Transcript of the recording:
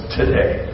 today